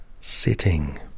sitting